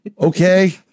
okay